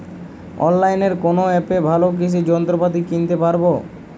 অনলাইনের কোন অ্যাপে ভালো কৃষির যন্ত্রপাতি কিনতে পারবো?